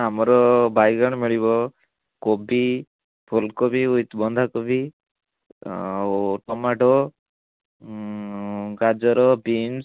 ଆମର ବାଇଗଣ ମିଳିବ କୋବି ଫୁଲକୋବି ୱିଥ୍ ବନ୍ଧାକୋବି ଆଉ ଟମାଟୋ ଗାଜର ବିମ୍ସ୍